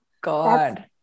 god